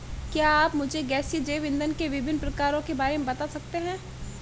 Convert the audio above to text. क्या आप मुझे गैसीय जैव इंधन के विभिन्न प्रकारों के बारे में बता सकते हैं?